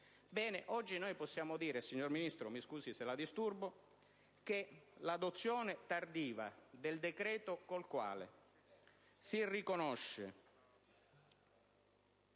Ebbene, oggi possiamo dire, signor Ministro - mi scusi se la disturbo - che l'adozione tardiva del decreto col quale si riconosce